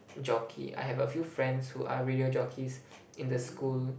jockey I have a few friends who are radio jockeys in the school